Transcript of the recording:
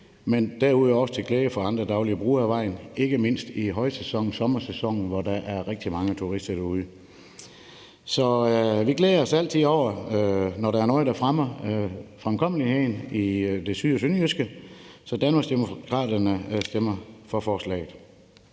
men derudover også til glæde for andre daglige brugere af vejen, ikke mindst i højsæsonen, sommersæsonen, hvor der er rigtig mange turister derude. Vi glæder os altid over, når der er noget, der fremmer fremkommeligheden i det syd- og sønderjyske, så Danmarksdemokraterne stemmer for forslaget.